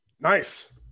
Nice